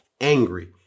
angry